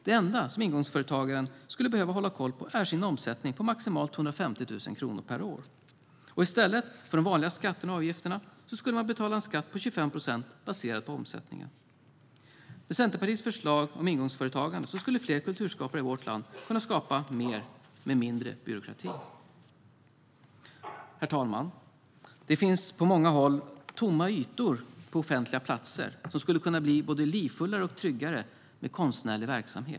Det enda som ingångsföretagaren skulle behöva hålla koll på är sin omsättning på maximalt 250 000 kronor per år. I stället för de vanliga skatterna och avgifterna skulle man betala en skatt på 25 procent baserad på omsättningen. Med Centerpartiets förslag om ingångsföretagande skulle fler kulturskapare i vårt land kunna skapa mer med mindre byråkrati. Herr talman! Det finns på många håll tomma ytor på offentliga platser som skulle kunna bli både livfullare och tryggare med konstnärlig verksamhet.